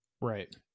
Right